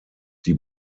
die